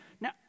Now